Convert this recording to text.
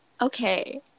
Okay